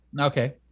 Okay